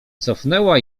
cofnęła